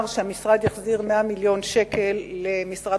אמר שהמשרד יחזיר 100 מיליון שקל למשרד